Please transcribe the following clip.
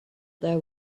there